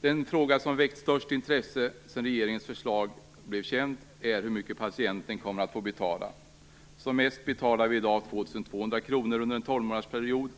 Den fråga som väckt störst intresse sedan regeringens förslag blev känt är hur mycket patienten kommer att få betala. Som mest betalar vi i dag 2 200 kr under en tolvmånadersperiod,